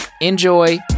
Enjoy